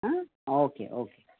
ah okay okay